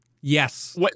yes